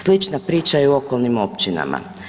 Slična priča i u okolnim općinama.